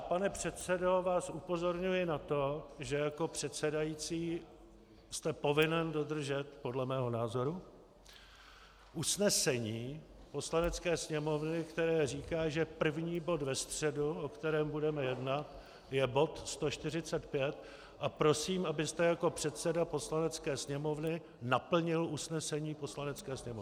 Pane předsedo, já vás upozorňuji na to, že jako předsedající jste povinen dodržet podle mého názoru usnesení Poslanecké sněmovny, které říká, že první bod ve středu, o kterém budeme jednat, je bod 145, a prosím, abyste jako předseda Poslanecké sněmovny naplnil usnesení Poslanecké sněmovny.